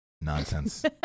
Nonsense